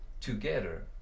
together